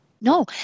No